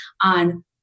on